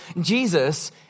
Jesus